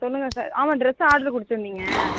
சொல்லுங்கள் சார் ஆமாம் dress order கொடுத்துருந்தீங்க